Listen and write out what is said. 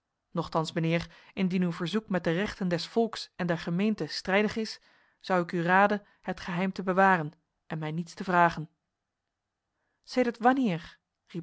nochtans mijnheer indien uw verzoek met de rechten des volks en der gemeente strijdig is zou ik u raden het geheim te bewaren en mij niets te vragen sedert wanneer